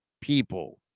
people